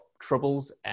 troubles